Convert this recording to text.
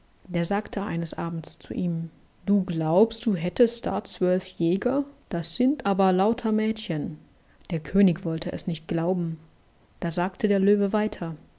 der sagte eines abends zu ihm du glaubst du hättest da zwölf jäger das sind aber lauter mädchen der könig wollte es nicht glauben da sagte der löwe weiter